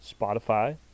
Spotify